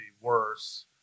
worse